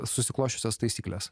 susiklosčiusias taisykles